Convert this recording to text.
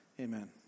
Amen